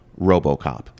Robocop